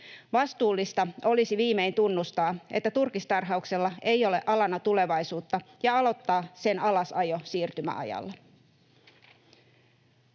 Vastuullista olisi viimein tunnustaa, että turkistarhauksella ei ole alana tulevaisuutta, ja aloittaa sen alasajo siirtymäajalla.